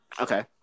Okay